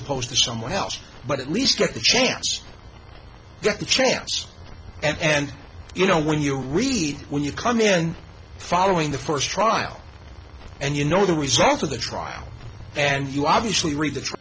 opposed to someone else but at least get a chance get the chance and you know when you read when you come in following the first trial and you know the results of the trial and you obviously read th